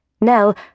Nell